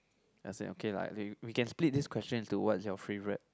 as in okay lah we we can split this questions into what's your favourite